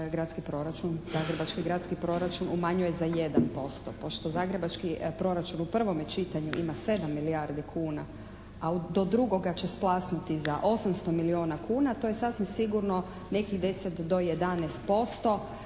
zagrebački gradski proračun umanjuje za 1%. Pošto zagrebački proračun u prvome čitanju ima 7 milijardi kuna a do drugoga će splasnuti za 800 milijuna kuna to je sasvim sigurno nekih 10-11%,